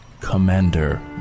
Commander